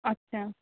अच्छा